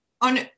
on